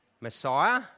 Messiah